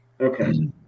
Okay